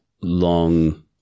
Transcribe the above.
long